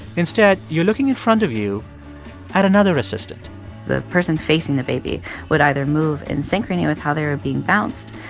instead, you're looking in front of you at another assistant the person facing the baby would either move in synchrony with how they were being bounced,